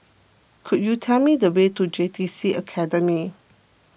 could you tell me the way to J T C Academy